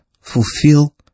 fulfill